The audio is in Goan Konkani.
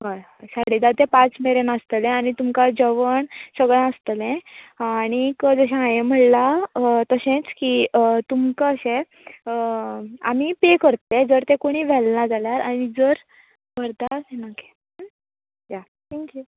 हय साडे धा ते पांच मेरेन आसतले आनी तुमका जवण सगळें आसतलें आनीक जशें हांवें म्हणला की तुमका अशें आमी पे करतले जर ते कोणी व्हेलना जाल्यार आनी जर व्हरता देन ओके या थँक्यू